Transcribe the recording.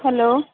hello